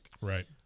Right